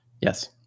Yes